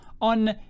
on